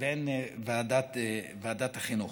לבין ועדת החינוך.